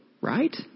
right